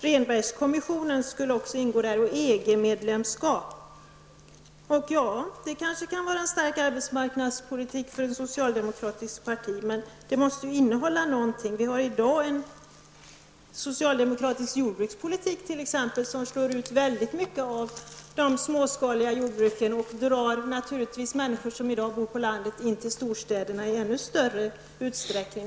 Rehnbergkommissionen ingår, och också ett EG medlemskap. Ja, detta kanske utgör en stark arbetsmarknadspolitik för ett socialdemokratiskt parti. Men den måste innehålla något. Vi har i dag en socialdemokratisk jordbrukspolitik som slår ut många av de småskaliga jordbruken och drar människor på landet in till storstäderna i ännu större utsträckning.